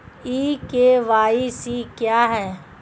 ई KYC क्या है?